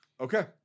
Okay